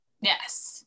yes